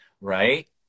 right